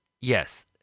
Yes